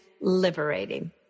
liberating